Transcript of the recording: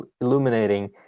illuminating